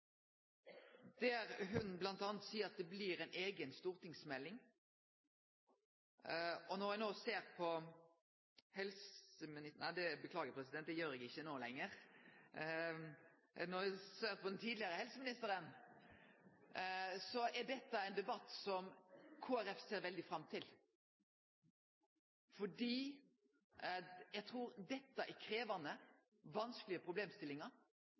der ho bl.a. sa at det kjem ei eiga stortingsmelding. Når eg no ser på helseministeren – nei, eg beklagar, det gjer eg ikkje no lenger – men når eg ser på den tidlegare helseministeren, vil eg seie at dette er ein debatt som Kristeleg Folkeparti ser veldig fram til. Eg trur at dette er krevjande og vanskelege problemstillingar,